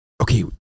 Okay